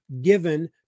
given